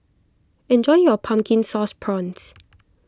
enjoy your Pumpkin Sauce Prawns